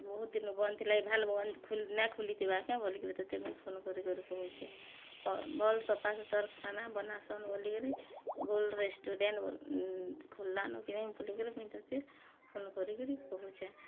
ବହୁତ୍ ଦିନୁ ବନ୍ଦଥିଲା ଭାଏଲ୍ ବନ୍ଦ ନାଇଁ ଖୁଲିଥିବାକେ ମୁଇଁ ତୋତେ ଫୋନ୍ କରିକରି କହୁଛେଁ ଭଲ୍ ସଫାସୁତର ଖାନା ବନାସନ୍ ବୋଲିକରି ଗଲ୍ ରେଷ୍ଟୁରାଣ୍ଟ ଖୁଲଲାନ୍ କି ନାଇଁ ବୋଲି ମୁଇଁ ତୋତେ ଫୋନ୍ କରି କରି କହୁଛେ